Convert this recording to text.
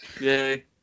Yay